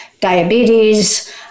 diabetes